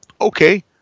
okay